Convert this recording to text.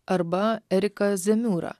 arba eriką zemiūrą